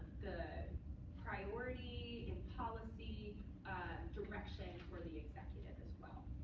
the priority in policy direction for the executive, as well.